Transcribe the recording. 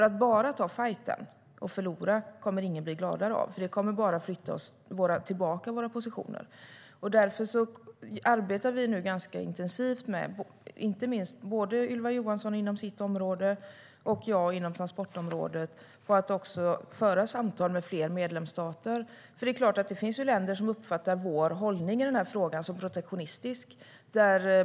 Att bara ta fajten och förlora kommer ingen att bli gladare av. Det kommer bara att flytta tillbaka våra positioner. Därför arbetar vi nu ganska intensivt, inte minst Ylva Johansson inom sitt område och jag inom transportområdet, på att föra samtal med fler medlemsstater. Det är klart att det finns länder som uppfattar Sveriges hållning i frågan som protektionistisk.